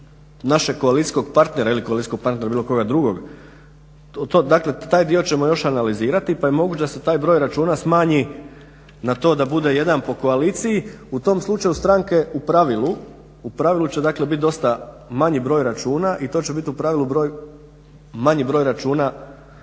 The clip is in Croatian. našeg koalicijskog partnera ili koalicijskog partnera bilo koga drugog, dakle taj dio ćemo još analizirati pa je moguće da se taj broj računa smanji na to da bude jedan po koaliciji. U tom slučaju stranke u pravilu će dakle biti dosta manji broj računa i to će biti u pravilu manji broj računa